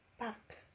back